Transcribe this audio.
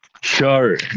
Sure